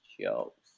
jokes